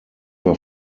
war